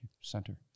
center